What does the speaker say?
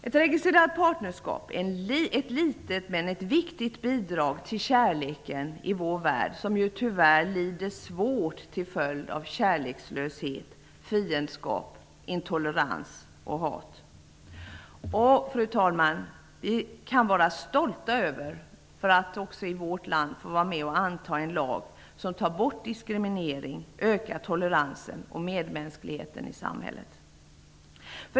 Ett registrerat partnerskap är ett litet men ett viktigt bidrag till kärleken i vår värld, som ju tyvärr lider svårt till följd av kärlekslöshet, fiendskap, intolerans och hat. Fru talman! Vi kan vara stolta över att vi i vårt land får vara med och anta en lag som tar bort diskriminering och som ökar toleransen och medmänskligheten i samhället.